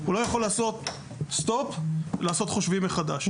הוא לא יכול לעשות סטופ ולעשות חושבים מחדש.